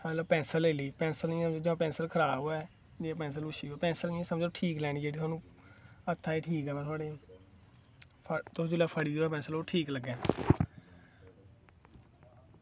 अगले पेंसिल लेई लेई जां पेंसिल खराब होऐ ते पेंसिल अच्छी लैनी जेह्ड़ी थाह्नूं हत्था गी ठीक आवै थुआढ़े ते तुस जेल्लै फड़ी ओह् पेंसिल ठीक लग्गे